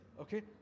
okay